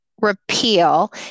repeal